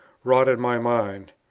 wrought in my mind.